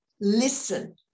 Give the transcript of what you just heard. listen